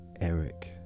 Eric